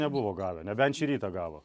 nebuvo gavę nebent šį rytą gavo